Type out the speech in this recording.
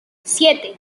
siete